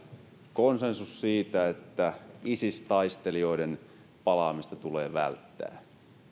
konsensus siitä että isis taistelijoiden palaamista tulee välttää